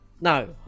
No